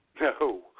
No